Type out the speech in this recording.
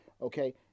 okay